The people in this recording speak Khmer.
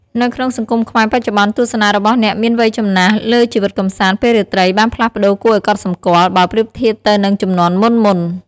នៅក្នុងសង្គមខ្មែរបច្ចុប្បន្ន ទស្សនៈរបស់អ្នកមានវ័យចំណាស់លើជីវិតកម្សាន្តពេលរាត្រីបានផ្លាស់ប្ដូរគួរឱ្យកត់សម្គាល់ បើប្រៀបធៀបទៅនឹងជំនាន់មុនៗ។